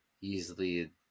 easily